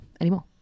anymore